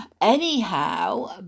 Anyhow